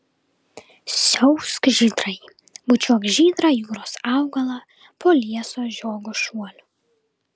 siausk žydrai bučiuok žydrą jūros augalą po lieso žiogo šuoliu